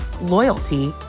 loyalty